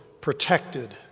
protected